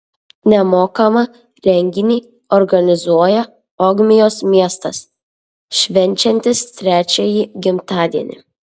nemokamą renginį organizuoja ogmios miestas švenčiantis trečiąjį gimtadienį